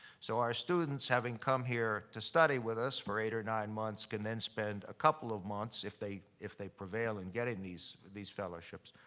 so our students, having come here to study with us for eight or nine months, can then spend a couple of months, if they if they prevail in getting these these fellowships,